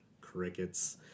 crickets